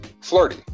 Flirty